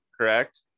correct